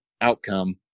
outcome